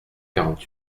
quarante